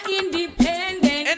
independent